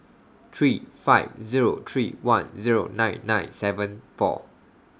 three five Zero three one Zero nine nine seven four